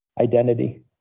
identity